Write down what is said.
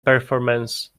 performance